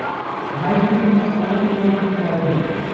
Hybrid में कोवन कोवन बीज आवेला?